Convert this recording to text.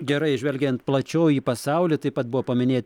gerai žvelgiant plačiau į pasaulį taip pat buvo paminėti